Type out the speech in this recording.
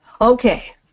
Okay